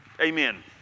Amen